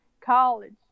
college